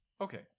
Okay